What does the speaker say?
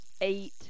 eight